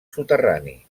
soterrani